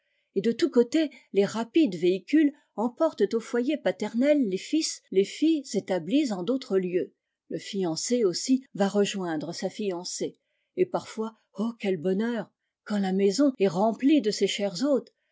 et de tous côtés les rapides véhicules emportent au foyer paternel les fils les filles établis en d'autres lieux le fiancé aussi va rejoindre sa fiancée et parfois oh quel bonheur quand la maison est remplie de ses chers